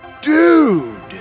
Dude